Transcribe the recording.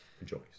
rejoice